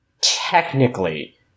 technically